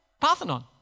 Parthenon